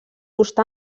gust